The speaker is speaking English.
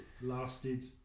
lasted